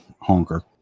honker